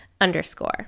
underscore